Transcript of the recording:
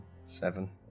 Seven